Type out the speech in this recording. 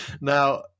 Now